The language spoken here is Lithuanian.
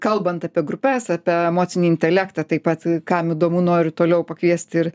kalbant apie grupes apie emocinį intelektą taip pat kam įdomu noriu toliau pakviesti ir